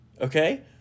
Okay